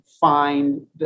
find